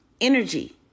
energy